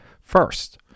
first